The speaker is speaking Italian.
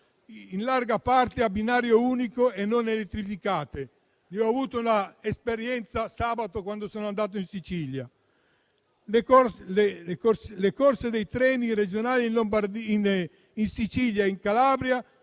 in larga parte a binario unico e non elettrificato. Ne ho avuto esperienza sabato scorso, quando sono andato in Sicilia. Le corse dei treni regionali in Sicilia e in Calabria